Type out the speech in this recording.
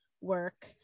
work